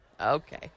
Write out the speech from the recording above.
Okay